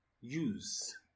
use